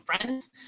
friends